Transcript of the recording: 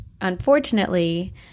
unfortunately